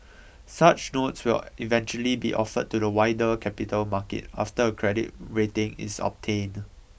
such notes will eventually be offered to the wider capital market after a credit rating is obtained